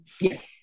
Yes